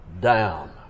down